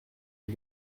les